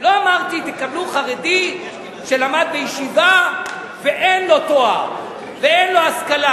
לא אמרתי: תקבלו חרדי שלמד בישיבה ואין לו תואר ואין לו השכלה.